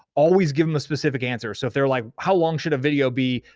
always give them a specific answer. so if they're like, how long should a video be?